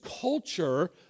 culture